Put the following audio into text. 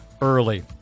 early